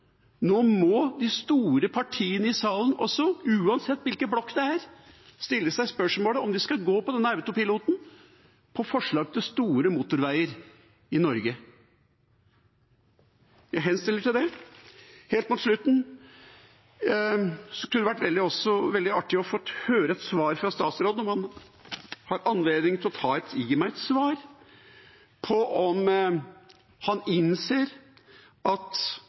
Nå må de store partiene i salen også, uansett hvilken blokk det er, stille seg spørsmålet om de skal gå på denne autopiloten for forslag til store motorveier i Norge. Jeg henstiller til dem om det. Helt mot slutten: Det skulle også vært veldig artig å få høre et svar fra statsråden, om han har anledning til å gi meg et svar, på om han innser at